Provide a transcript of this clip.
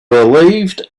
relieved